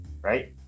right